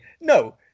no